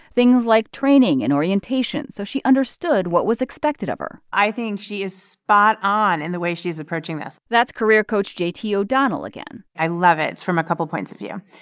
things like training and orientation, so she understood what was expected of her i think she is spot on in the way she's approaching this that's career coach j t. o'donnell again i love it from a couple of points of view.